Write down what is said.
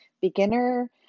beginner